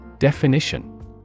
Definition